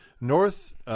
north